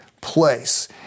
place